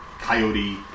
coyote